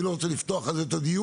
אני לא רוצה לפתוח על זה את הדיון,